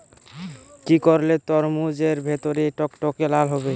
কি করলে তরমুজ এর ভেতর টকটকে লাল হবে?